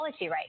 right